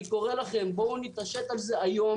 אני קורא לכם: בואו נתעשת היום,